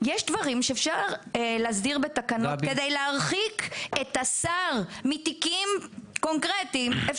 דברים שאפשר להסדיר בתקנות כדי להרחיק את השר תמתיקים קונקרטיים.